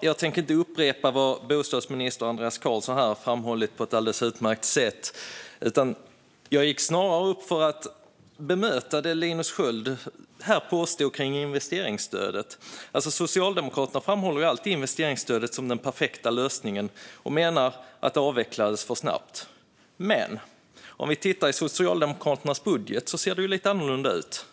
Jag tänker inte upprepa vad bostadsminister Andreas Carlson redan har framhållit på ett alldeles utmärkt sätt, utan jag gick snarare upp för att bemöta det som Linus Sköld påstod om investeringsstödet. Socialdemokraterna framhåller alltid investeringsstödet som den perfekta lösningen och menar att det avvecklades för snabbt. Men om vi tittar i Socialdemokraternas budget märker vi att det ser lite annorlunda ut.